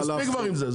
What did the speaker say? מספיק כבר עם זה.